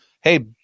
Hey